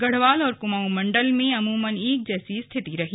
गढ़वाल और कुमाऊ मंडल में अमूमन एक जैसी स्थिति रही